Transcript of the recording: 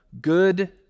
good